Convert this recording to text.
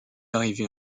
arrivé